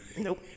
Nope